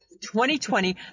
2020